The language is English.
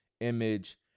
image